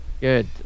good